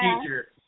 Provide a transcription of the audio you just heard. teacher